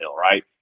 right